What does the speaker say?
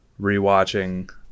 rewatching